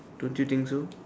don't you think so